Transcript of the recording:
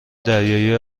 دریایی